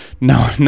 no